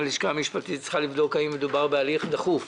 הלשכה המשפטית צריכה לבדוק האם מדובר בהליך דחוף.